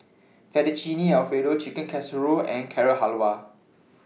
Fettuccine Alfredo Chicken Casserole and Carrot Halwa